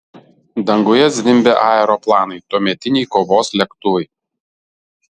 danguje zvimbė aeroplanai tuometiniai kovos lėktuvai